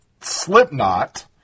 Slipknot